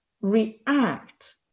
react